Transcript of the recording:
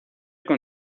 con